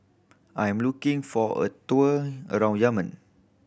I am looking for a tour around Yemen